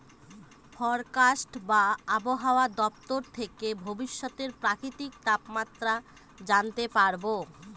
forecast বা আবহাওয়া দপ্তর থেকে ভবিষ্যতের প্রাকৃতিক তাপমাত্রা জানতে পারবো